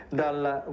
dalla